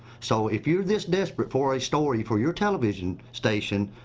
so if you're this desperate for a story for your television station,